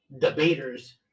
debaters